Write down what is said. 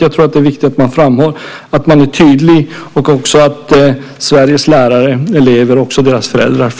Jag tror att det är viktigt att man är tydlig och att Sveriges lärare, elever och också deras föräldrar